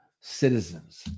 citizens